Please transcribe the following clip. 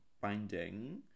binding